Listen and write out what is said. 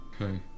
Okay